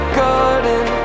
garden